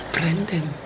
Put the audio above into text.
Brendan